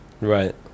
Right